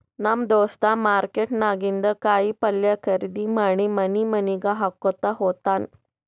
ನಮ್ ದೋಸ್ತ ಮಾರ್ಕೆಟ್ ನಾಗಿಂದ್ ಕಾಯಿ ಪಲ್ಯ ಖರ್ದಿ ಮಾಡಿ ಮನಿ ಮನಿಗ್ ಹಾಕೊತ್ತ ಹೋತ್ತಾನ್